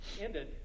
ended